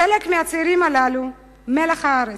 חלק מהצעירים הללו, מלח הארץ,